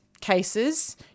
cases